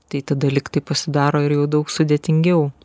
tai tada lygtai pasidaro ir jau daug sudėtingiau